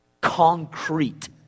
concrete